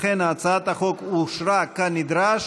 לכן הצעת החוק אושרה כנדרש,